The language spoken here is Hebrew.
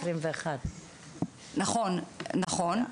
זה עד שנת 21. נכון, נכון.